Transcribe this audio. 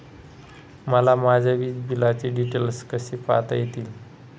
मला माझ्या वीजबिलाचे डिटेल्स कसे पाहता येतील?